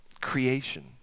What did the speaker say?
creation